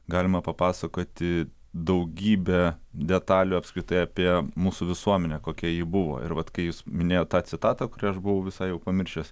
galima papasakoti daugybę detalių apskritai apie mūsų visuomenę kokia ji buvo ir vat kai jūs minėjot tą citatą kurią aš buvau visai jau pamiršęs